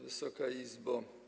Wysoka Izbo!